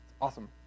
awesome